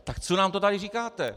Tak co nám to tady říkáte?